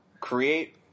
create